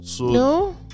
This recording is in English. No